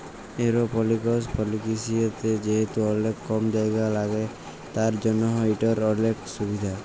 এরওপলিকস পরকিরিয়াতে যেহেতু অলেক কম জায়গা ল্যাগে তার জ্যনহ ইটর অলেক সুভিধা